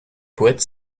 poète